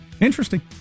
Interesting